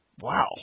Wow